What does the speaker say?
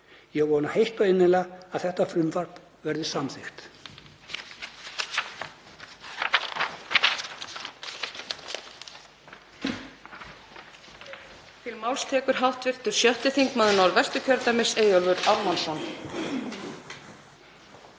Ég vona heitt og innilega að þetta frumvarp verði samþykkt.